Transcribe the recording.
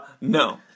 No